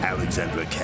Alexandra